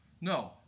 No